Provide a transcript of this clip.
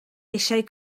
eisiau